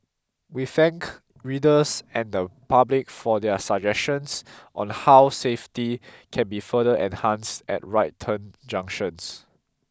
we thank readers and the public for their suggestions on how safety can be further enhanced at right turn junctions